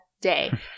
day